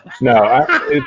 No